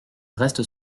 reste